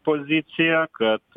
poziciją kad